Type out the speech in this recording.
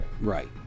Right